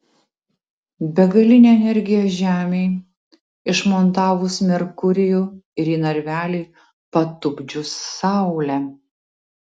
begalinė energija žemei išmontavus merkurijų ir į narvelį patupdžius saulę